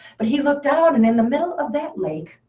but he looked out, and in the middle of that lake,